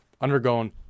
Undergoing